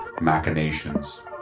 machinations